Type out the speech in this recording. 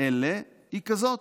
אלה היא כזאת: